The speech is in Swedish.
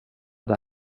det